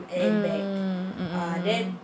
mm mm mm